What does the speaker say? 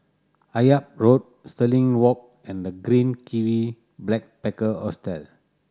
Akyab Road Stirling Walk and The Green Kiwi Backpacker Hostel